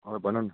हजुर भन्नु न